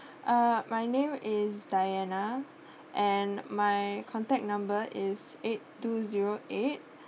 uh my name is diana and my contact number is eight two zero eight